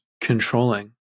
controlling